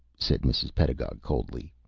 said mrs. pedagog, coldly.